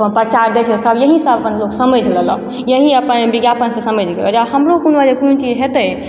प्रचार दै छै सब एहिसँ लोक अपन समझि लेलक एहि अपन विज्ञापनसँ समझि गेल हमरो कोनो जे कोनो चीज हेतै